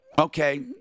Okay